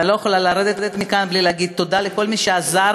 אבל אני לא יכולה לרדת מכאן בלי להגיד תודה לכל מי שעזר